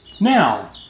Now